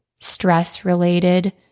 stress-related